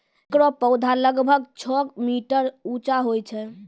एकरो पौधा लगभग छो मीटर उच्चो होय छै